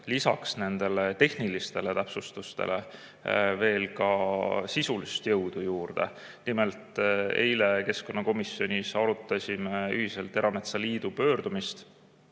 lisaks nendele tehnilistele täpsustustele ka sisulist jõudu juurde. Nimelt, eile me keskkonnakomisjonis arutasime ühiselt erametsaliidu pöördumist,